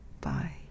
Bye